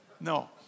No